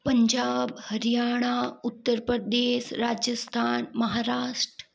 Punjab Haryana Uttar Pradesh Rajasthan Maharashtra